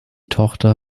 tochter